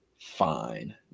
fine